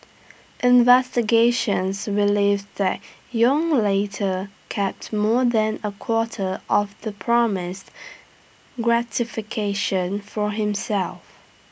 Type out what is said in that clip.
investigations relived that Yong later kept more than A quarter of the promised gratification for himself